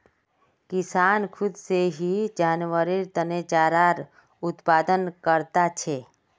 किसान खुद से ही जानवरेर तने चारार उत्पादन करता छे